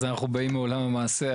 אז אנחנו באים מעולם המעשה.